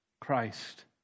Christ